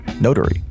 Notary